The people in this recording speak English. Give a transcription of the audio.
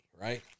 right